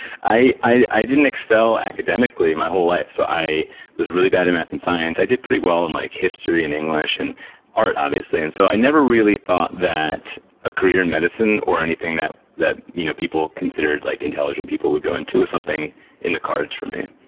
i i didn't excel academically my whole life. so i was really bad in math and science. i did pretty well in, like, history, and english, and art obviously. and so i never really thought that a career in and medicine, or anything that that you know people considered like intelligent people would go into was something in the cards for me.